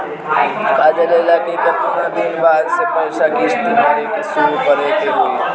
कर्जा लेला के केतना दिन बाद से पैसा किश्त भरे के शुरू करे के होई?